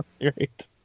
Right